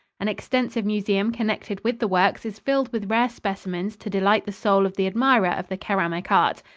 an extensive museum connected with the works is filled with rare specimens to delight the soul of the admirer of the keramic art.